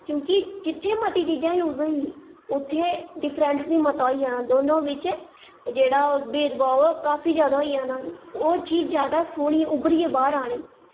क्योंकि जित्थें मती चीजां यूस होई उत्थें डिफ्रैंस बी मता होई जाना दोनो बिच्च जेह्ड़ा भेदभाव ऐ काफी जादा होई जाना